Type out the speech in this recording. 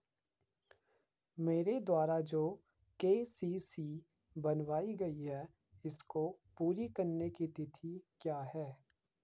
मेरे द्वारा जो के.सी.सी बनवायी गयी है इसको पूरी करने की तिथि क्या है?